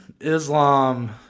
Islam